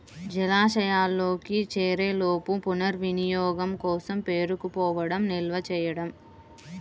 జలాశయంలోకి చేరేలోపు పునర్వినియోగం కోసం పేరుకుపోవడం నిల్వ చేయడం